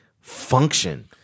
function